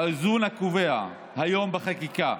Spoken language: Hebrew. האיזון הקבוע היום בחקיקה